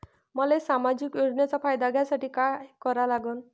मले सामाजिक योजनेचा फायदा घ्यासाठी काय करा लागन?